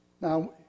Now